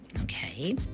okay